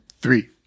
Three